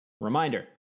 reminder